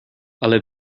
ale